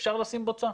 אפשר לשים בוצה.